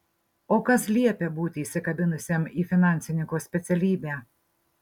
o kas liepia būti įsikabinusiam į finansininko specialybę